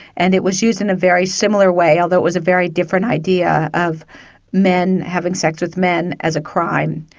and it was used in a very similar way, although it was a very different idea, of men having sex with men as a crime,